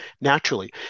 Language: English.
naturally